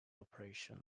operation